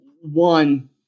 One